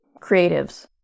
creatives